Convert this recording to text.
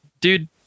Dude